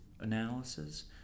analysis